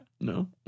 No